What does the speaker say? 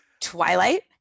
Twilight